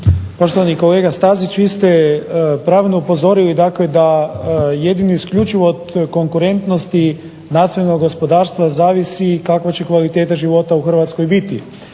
Poštovani kolega Stazić, vi ste pravilno upozorili dakle da jedini isključivo od konkurentnosti nacionalnog gospodarstva zavisi i kakva će kvaliteta života u Hrvatskoj biti.